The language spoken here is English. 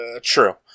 true